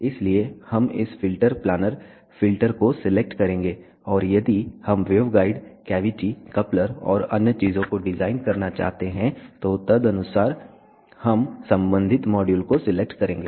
इसलिए हम इस फिल्टर प्लानर फिल्टर को सिलेक्ट करेंगे और यदि हम वेवगाइड कैविटी कपलर और अन्य चीजों को डिजाइन करना चाहते हैं तो तदनुसार हम संबंधित मॉड्यूल को सिलेक्ट करेंगे